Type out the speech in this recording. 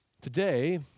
Today